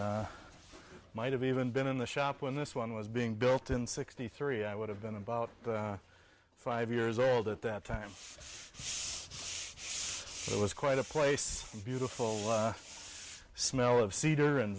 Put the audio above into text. process might have even been in the shop when this one was being built in sixty three i would have been about five years old at that time it was quite a place beautiful smell of cedar